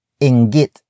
ingit